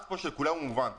כולנו כאן מסכימים על זה?